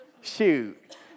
Shoot